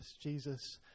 jesus